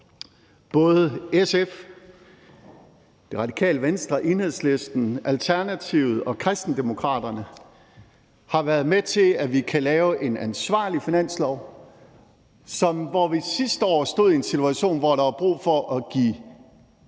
Både SF, Radikale Venstre, Enhedslisten, Alternativet og Kristendemokraterne har været med til, at vi kan lave en ansvarlig finanslov. Hvor vi sidste år stod i en situation, hvor der var brug for at give